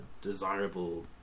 desirable